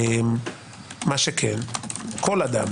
מה שכן, כל אדם